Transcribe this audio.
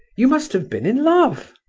you must have been in love.